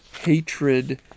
hatred